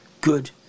good